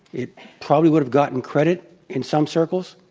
it probably would have gotten credit in some circles,